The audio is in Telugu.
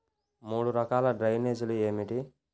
మూడు రకాల డ్రైనేజీలు ఏమిటి?